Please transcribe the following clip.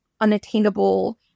unattainable